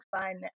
fun